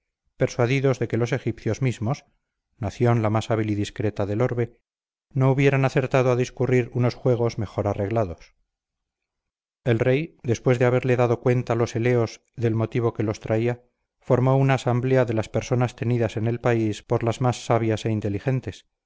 persuadidos de que los egipcios mismos nación la más hábil y discreta del orbe no hubieran acertado a discurrir unos juegos mejor arreglados el rey después de haberle dado cuenta a los eleos del motivo que los traía formó una asamblea de las personas tenidas en el país por las más sabias e inteligentes